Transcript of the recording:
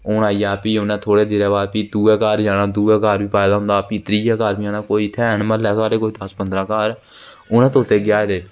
ओह् आई हून फ्ही थोह्ड़े चिरें बाद फ्ही उ'नें दूए घार जाना दूए घार पाए दा होंदा फ्ही त्रीए घर बी जाना कोई इत्थै ऐ न इस म्हल्लै दस पंद्रहां घर उ'नें तोते गी केह् आखदे